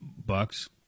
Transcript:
Bucks